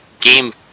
game